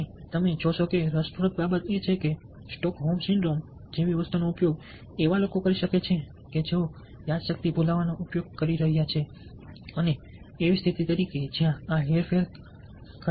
અને તમે જોશો કે રસપ્રદ બાબત એ છે કે સ્ટોકહોમ સિન્ડ્રોમ જેવી વસ્તુનો ઉપયોગ એવા લોકો કરી શકે છે કે જેઓ યાદશક્તિ ભૂલવા નો ઉપયોગ કરી રહ્યા છે એવી સ્થિતિ તરીકે જ્યાં આ હેરફેર ખરેખર થઈ શકે છે